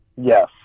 Yes